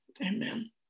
amen